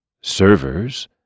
Servers